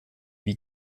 wie